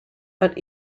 but